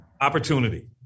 Opportunity